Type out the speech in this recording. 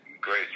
great